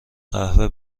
قهوه